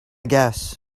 guess